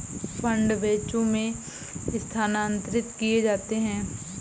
fund बैचों में स्थानांतरित किए जाते हैं